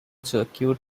circuit